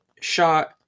shot